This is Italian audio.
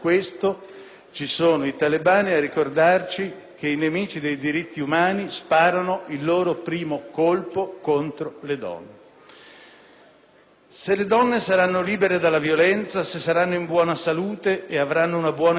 ci sono i talebani a ricordarci che i nemici dei diritti umani sparano il loro primo colpo contro le donne. Se le donne saranno libere dalla violenza, se saranno in buona salute e riceveranno una buona educazione,